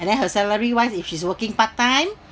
and then her salary wise if she's working part time